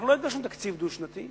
אנחנו לא הגשנו תקציב דו-שנתי.